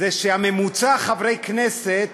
זה שממוצע חברי הכנסת